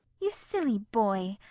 you silly boy!